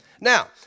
Now